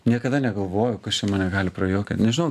niekada negalvojau kas čia mane gali prajuokin nežinau